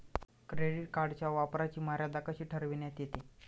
Credit कार्डच्या वापराची मर्यादा कशी ठरविण्यात येते?